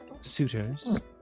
suitors